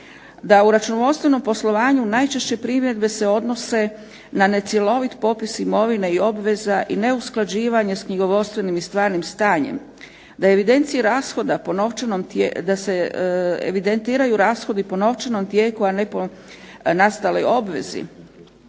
da u računovodstvenom poslovanju najčešće primjedbe se odnose na necjelovit popis imovine i obveza i neusklađivanja s knjigovodstvenim i stvarnim stanjem, da evidencije rashoda po novčanom, da se evidentiraju